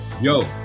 yo